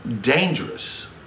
dangerous